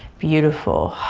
beautiful.